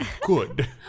good